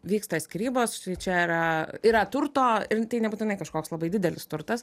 vyksta skyrybos čia yra yra turto ir tai nebūtinai kažkoks labai didelis turtas